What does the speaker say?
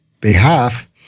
behalf